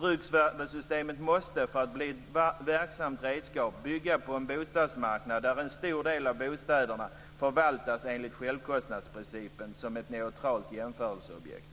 Bruksvärdessystemet måste nämligen för att bli ett verksamt redskap bygga på en bostadsmarknad där en stor del av bostäderna förvaltas enligt självkostnadsprincipen som ett neutralt jämförelseobjekt.